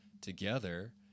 together